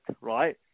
right